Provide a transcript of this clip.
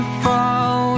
fall